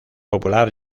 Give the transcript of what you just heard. popular